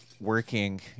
working